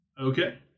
Okay